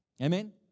Amen